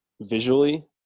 visually